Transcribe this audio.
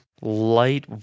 light